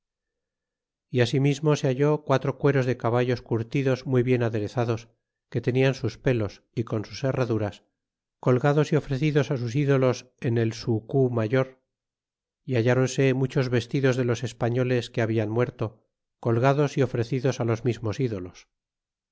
altares yasimismo se halló quatro cueros de caballos curtidos muy bien aderezados que tenían sus pelos y con sus herraduras colgados y ofrecidos sus ídolos en el su cu mayor y halláronse müchos vestidos de los españoles que hablan muerto colgados y ofrecidos los mismos ídolos